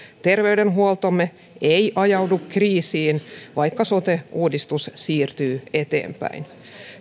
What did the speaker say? terveydenhuoltomme ei ajaudu kriisiin vaikka sote uudistus siirtyy eteenpäin